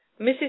Mrs